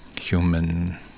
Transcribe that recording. human